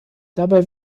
dabei